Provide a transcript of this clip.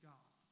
God